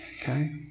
Okay